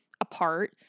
apart